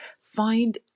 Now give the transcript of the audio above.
find